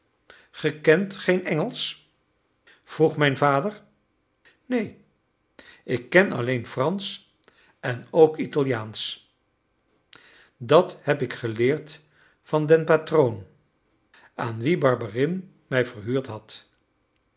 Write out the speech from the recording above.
kent geen engelsch vroeg mijn vader neen ik ken alleen fransch en ook italiaansch dat heb ik geleerd van den patroon aan wien barberin mij verhuurd had